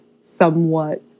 somewhat